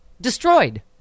destroyed